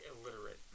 illiterate